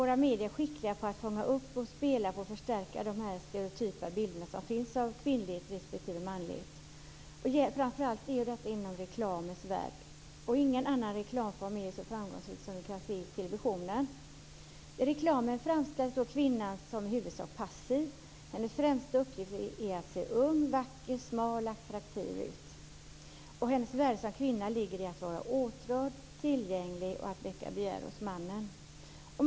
Våra medier är skickliga på att fånga upp, spela på och förstärka de stereotypa bilder som finns av kvinnligt respektive manligt, framför allt inom reklamens värld. Ingen annan reklamform är så framgångsrik som den som vi kan se i televisionen. I reklamen framställs kvinnan som i huvudsak passiv. Hennes främsta uppgift är att se ung, vacker, smal och attraktiv ut. Hennes värde som kvinna ligger i att vara åtrådd, tillgänglig och i att väcka begär hos mannen.